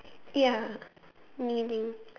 ya